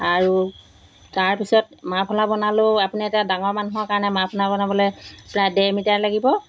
আৰু তাৰপিছত মাৰ্ফলা বনালেও আপুনি এটা ডাঙৰ মানুহৰ কাৰণে মাৰ্ফলা বনাবলৈ প্ৰায় ডেৰ মিটাৰ লাগিব